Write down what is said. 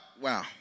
wow